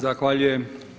Zahvaljujem.